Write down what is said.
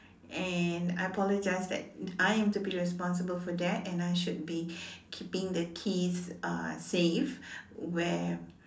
and I apologized that I am to be responsible for that and I should be keeping the keys uh safe where